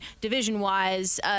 division-wise